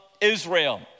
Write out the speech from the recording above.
Israel